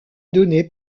donné